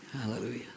Hallelujah